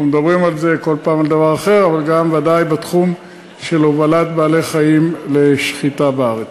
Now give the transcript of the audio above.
אבל ודאי בתחום של הובלת בעלי-חיים לשחיטה בארץ.